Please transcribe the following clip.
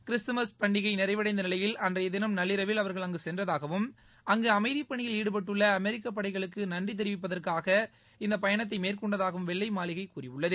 Christmas பண்டிகை நிறைவடைந்த நிலையில் அன்றைய திளம் நள்ளிரவில் அவாகள் அங்கு சென்றதாகவும் அங்கு அமைதி பணியில் ஈடுபட்டுள்ள அமெரிக்க படைகளுக்கு நன்றித் தெரிவிப்பதற்காக இந்த பயணத்தை மேற்கொண்டதாகவும் வெள்ளை மாளிகை கூறியுள்ளது